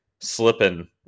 slipping